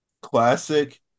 Classic